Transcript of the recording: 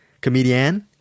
comedian